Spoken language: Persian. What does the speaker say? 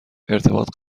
ارتباط